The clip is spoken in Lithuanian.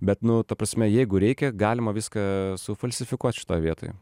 bet nu ta prasme jeigu reikia galima viską sufalsifikuot šitoj vietoj